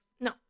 No